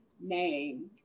name